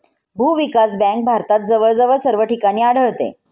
भूविकास बँक भारतात जवळजवळ सर्व ठिकाणी आढळते